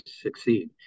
succeed